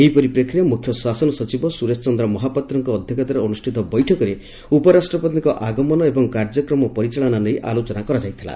ଏହି ପରିପ୍ରେକ୍ଷୀରେ ମୁଖ୍ୟ ଶାସନ ସଚିବ ସୁରେଶ ଚନ୍ଦ୍ର ମହାପାତ୍ରଙ୍କ ଅଧ୍ଧକ୍ଷତାରେ ଅନୁଷିତ ବୈଠକରେ ଉପରାଷ୍ଟ୍ରପତିଙ୍କ ଆଗମନ ଏବଂ କାର୍ଯ୍ୟକ୍ରମ ପରିଚାଳନା ନେଇ ଆଲୋଚନା କରାଯାଇଥିଲା